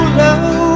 low